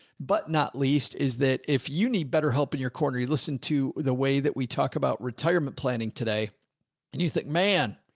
but not least is that if you need better help in your corner, you listened to the way that we talk about retirement planning today and you think, man,